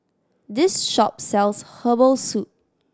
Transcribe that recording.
this shop sells herbal soup